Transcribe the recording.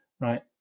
right